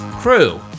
crew